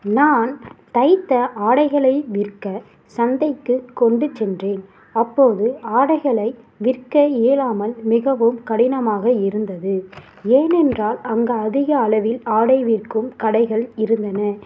நான் தைத்த ஆடைகளை விற்க சந்தைக்குக் கொண்டுச் சென்றேன் அப்போது ஆடைகளை விற்க இயலாமல் மிகவும் கடினமாக இருந்தது ஏனென்றால் அங்க அதிக அளவில் ஆடை விற்கும் கடைகள் இருந்தன